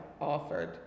offered